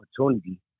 opportunity